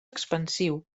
expansiu